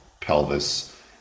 pelvis